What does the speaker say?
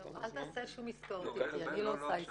אל תעשה שום עסקאות איתי, אני לא עושה עסקאות.